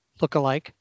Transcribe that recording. lookalike